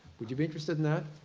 would you be interested in that?